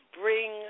bring